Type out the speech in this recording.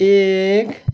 एक